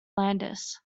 landis